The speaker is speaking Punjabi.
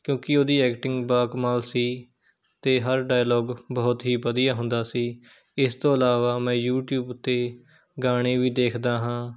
ਕਿਉਂਕਿ ਉਹਦੀ ਐਕਟਿੰਗ ਬਾਕਮਾਲ ਸੀ ਅਤੇ ਹਰ ਡਾਈਲੋਗ ਬਹੁਤ ਹੀ ਵਧੀਆ ਹੁੰਦਾ ਸੀ ਇਸ ਤੋਂ ਇਲਾਵਾ ਮੈਂ ਯੂਟਿਊਬ ਉੱਤੇ ਗਾਣੇ ਵੀ ਦੇਖਦਾ ਹਾਂ